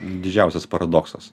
didžiausias paradoksas